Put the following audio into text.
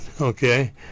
okay